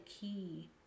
key